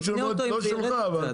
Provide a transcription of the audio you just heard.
יקנה אותו אם הוא ירד קצת.